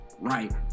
right